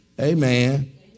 Amen